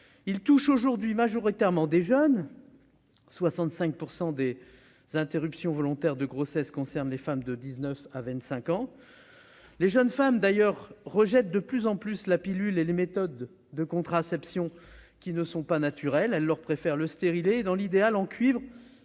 ce sont les jeunes qui sont touchées. En effet, 65 % des interruptions volontaires de grossesse concernent des femmes de 19 à 25 ans. Les jeunes femmes rejettent de plus en plus la pilule et les méthodes de contraception qui ne sont pas naturelles. Elles leur préfèrent le stérilet, et dans l'idéal en cuivre,